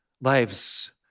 lives